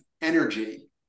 energy